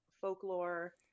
folklore